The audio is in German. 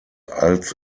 als